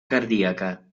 cardíaca